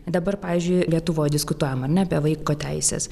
dabar pavyzdžiui lietuvoj diskutuojam ar ne apie vaiko teises